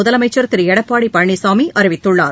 முதலமைச்சர் திரு எடப்பாடி பழனிசாமி அறிவித்துள்ளார்